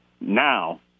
now